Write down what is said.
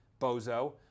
bozo